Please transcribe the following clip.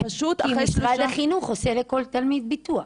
כן, כי משרד החינוך עושה לכל תלמיד ביטוח.